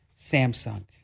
Samsung